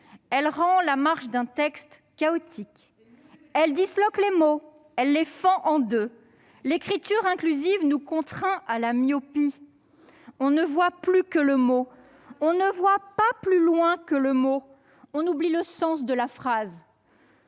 Elle rend la marche d'un texte chaotique, elle disloque les mots en les fendant en deux. L'écriture inclusive nous contraint à la myopie : on ne voit plus que le mot écrit, on ne voit pas plus loin que le mot, on oublie le sens de la phrase,